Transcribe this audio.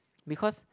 because